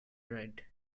ride